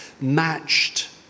matched